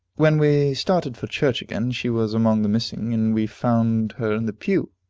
when we started for church again, she was among the missing, and we found her in the pew,